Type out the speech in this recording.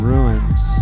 Ruins